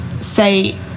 say